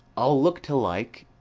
i'll look to like,